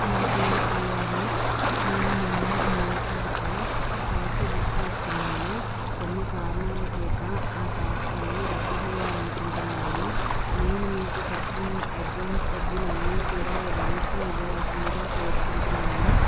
నా పేరు కళ్యాణి నేను మొన్న మూడవ తారీఖున ట్యాక్సీ బుక్ చేసుకున్నాను కొన్ని కారణాల చేత ఆ ట్యాక్సీని రద్దు చేయాలి అనుకుంటున్నాను నేను మీకు కట్టిన అడ్వాన్స్ డబ్బులు అన్నీ కూడా వెనక్కి ఇవ్వవలసిందిగా కోరుకుంటున్నాము